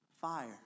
fire